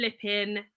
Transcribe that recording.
flipping